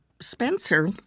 Spencer